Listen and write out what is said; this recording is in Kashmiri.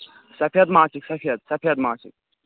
سَفید ماچھِک سَفید سفید ماچھِک